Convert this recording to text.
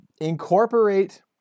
incorporate